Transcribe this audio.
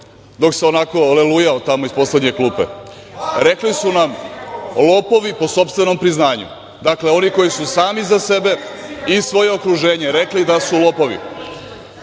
dok se onako lelujao iz poslednje klupe? Rekli su nam lopovi po sopstvenom priznanju. Dakle oni koji su sami za sebe i svoje okruženje rekli da su